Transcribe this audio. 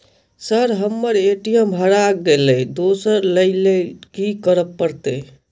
Sir हम्मर ATM हरा गइलए दोसर लईलैल की करऽ परतै?